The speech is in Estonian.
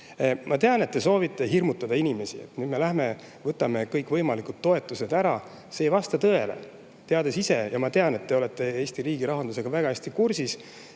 Ma tean, et te soovite hirmutada inimesi, et nüüd me läheme võtame kõikvõimalikud toetused ära. See ei vasta tõele! Te teate ise – ma tean, et te olete Eesti riigi rahandusega väga hästi kursis